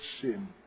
sin